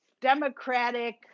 Democratic